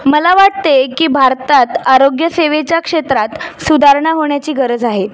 मला वाटते की भारतात आरोग्यसेवेच्या क्षेत्रात सुधारणा होण्याची गरज आहे